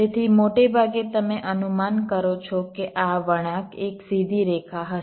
તેથી મોટે ભાગે તમે અનુમાન કરો છો કે આ વળાંક એક સીધી રેખા હશે